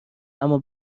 اما